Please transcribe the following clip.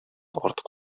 артык